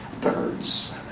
birds